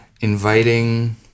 inviting